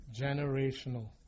generational